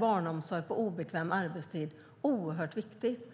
Barnomsorg på obekväm arbetstid är oerhört viktigt.